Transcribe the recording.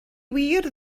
wir